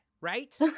right